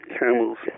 camels